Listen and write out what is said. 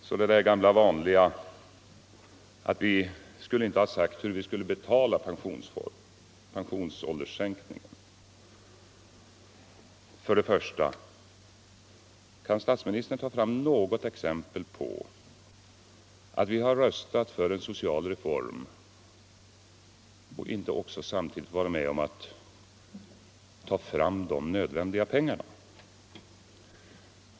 Så till det gamla vanliga påståendet, att vi inte skulle ha talat om hur vi skall betala pensionsålderssänkningen. Först och främst vill jag då fråga, om statsministern kan ge något enda exempel på att vi röstat för en social reform utan att samtidigt gå med på att ta fram de nödvändiga pengarna.